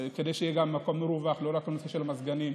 כדי שיהיה מקום מרווח, לא רק בנושא של המזגנים.